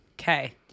Okay